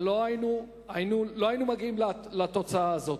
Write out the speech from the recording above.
לא היינו מגיעים לתוצאה הזאת.